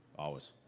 always.